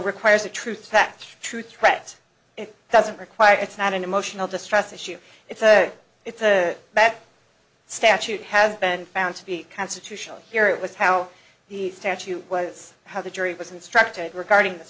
requires the truth facts true threats it doesn't require it's not an emotional distress issue it's a it's a bad statute has been found to be constitutional here it was how the statute was how the jury was instructed regarding the